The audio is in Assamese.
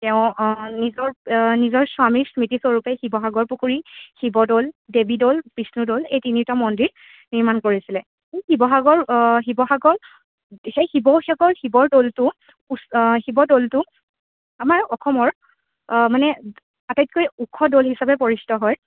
তেওঁ নিজৰ অ নিজৰ স্বামী স্মৃতিস্বৰূপে শিৱসাগৰ পুখুৰী শিৱদৌল দেৱী দৌল বিষ্ণুদৌল এই তিনিটা মন্দিৰ নিৰ্মাণ কৰিছিলে সেই শিৱসাগৰ শিৱসাগৰ সেই শিৱশাগৰ শিৱ দৌলটো উচ শিৱদৌলটো আমাৰ অসমৰ মানে আটাইতকৈ ওখ দৌল হিচাপে পৰিচিত হয়